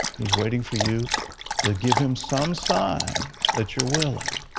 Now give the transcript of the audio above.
he is waiting for you to give him some sign that you're willing.